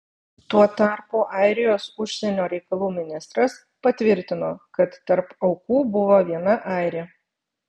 tuo tarpu airijos užsienio reikalų ministras patvirtino kad tarp aukų buvo viena airė